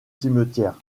cimetière